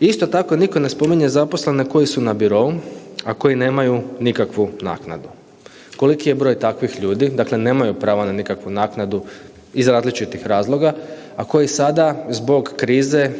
Isto tako, nitko ne spominje zaposlene koji su na birou, a koji nemaju nikakvu naknadu. Koliki je broj takvih ljudi? Dakle, nemaju pravo na nikakvu naknadu iz različitih razloga, a kojih sada zbog krize